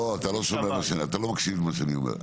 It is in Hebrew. לא, אתה לא מקשיב למה שאני אומר.